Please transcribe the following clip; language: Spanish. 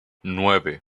nueve